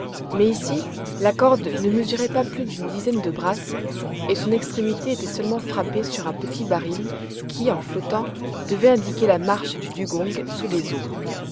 mais ici la corde ne mesurait pas plus d'une dizaine de brasses et son extrémité était seulement frappée sur un petit baril qui en flottant devait indiquer la marche du dugong sous les eaux